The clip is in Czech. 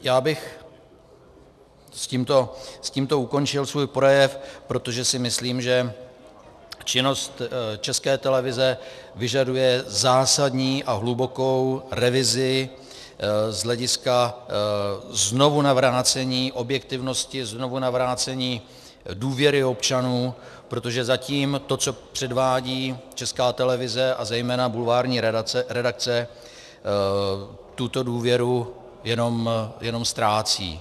Já bych s tímto ukončil svůj projev, protože si myslím, že činnost České televize vyžaduje zásadní a hlubokou revizi z hlediska znovunavrácení objektivnosti, znovunavrácení důvěry občanů, protože zatím to, co předvádí Česká televize a zejména bulvární redakce, tuto důvěru jenom ztrácí.